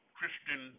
Christian